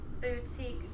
boutique